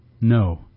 No